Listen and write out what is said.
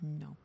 No